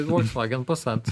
volkswagen passat